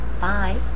Bye